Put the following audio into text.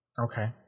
Okay